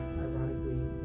ironically